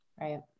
Right